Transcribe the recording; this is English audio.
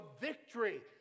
victory